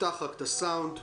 שלום לכם.